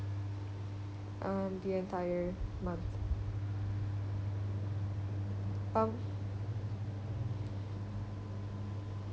um the entire month um